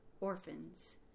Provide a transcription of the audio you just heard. orphans